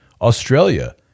Australia